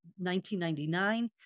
1999